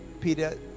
Peter